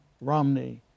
Romney